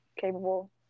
capable